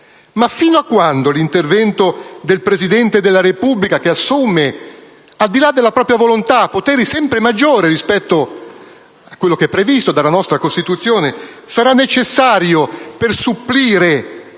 Ma fino a quando l'intervento del Presidente della Repubblica, che assomma, al di là della propria volontà, poteri sempre maggiori rispetto a quanto previsto dalla nostra Costituzione, sarà necessario per supplire alla